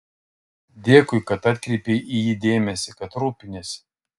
dėkui kad atkreipei į jį dėmesį kad rūpiniesi